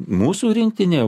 mūsų rinktinė